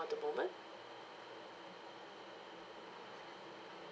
at the moment